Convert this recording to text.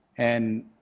and